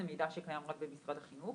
זה מידע שקיים רק במשרד החינוך.